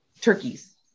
turkeys